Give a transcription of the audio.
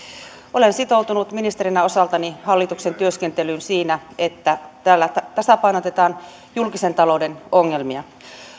olen sitoutunut ministerinä osaltani hallituksen työskentelyyn siinä että tällä tasapainotetaan julkisen talouden ongelmia